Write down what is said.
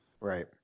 Right